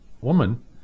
Woman